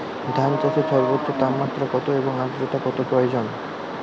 ধান চাষে সর্বোচ্চ তাপমাত্রা কত এবং আর্দ্রতা কত প্রয়োজন?